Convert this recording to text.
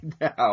now